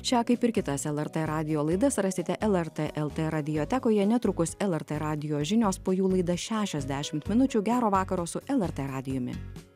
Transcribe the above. šią kaip ir kitas lrt radijo laidas rasite lrt lt radiotekoje netrukus lrt radijo žinios po jų laida šešiasdešimt minučių gero vakaro su lrt radijumi